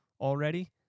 already